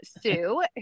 Sue